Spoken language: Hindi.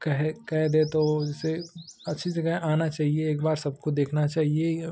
कह कह दें तो जैसे अच्छी जगह है आना चाहिए एक बार सबको देखना चाहिए यह